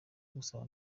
gusaba